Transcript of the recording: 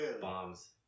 Bombs